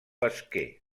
esquer